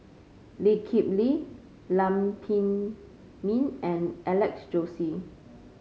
Lee Kip Lee Lam Pin Min and Alex Josey